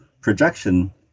projection